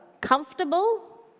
comfortable